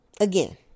again